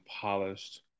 polished